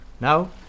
Now